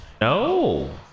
No